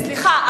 סליחה,